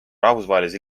rahvusvahelise